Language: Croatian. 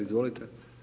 Izvolite.